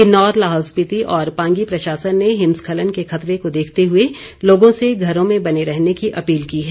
किन्नौर लाहौल स्पीति और पांगी प्रशासन ने हिमस्खलन के खतरे को देखते हुए लोगों से घरों में बने रहने की अपील की है